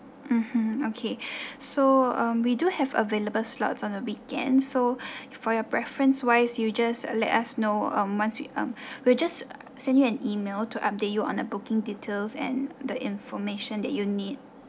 mmhmm okay so um we do have available slots on the weekend so for your preference wise you just uh let us know um once we um we'll just send you an email to update you on the booking details and the information that you need